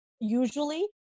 usually